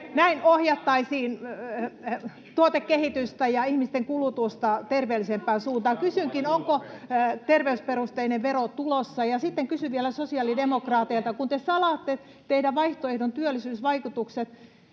näin ohjattaisiin tuotekehitystä ja ihmisten kulutusta terveellisempään suuntaan. Kysynkin: onko terveysperusteinen vero tulossa? Ja sitten vielä sosiaalidemokraateilta, kun te salaatte teidän vaihtoehtonne työllisyysvaikutukset,